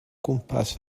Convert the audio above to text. gwmpas